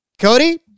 Cody